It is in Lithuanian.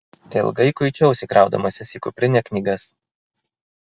ilgai kuičiausi kraudamasis į kuprinę knygas